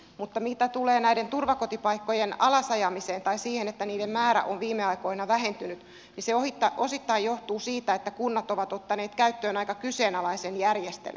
mutta mitä tulee näiden turvakotipaikkojen alas ajamiseen tai siihen että niiden määrä on viime aikoina vähentynyt niin se osittain johtuu siitä että kunnat ovat ottaneet käyttöön aika kyseenalaisen järjestelyn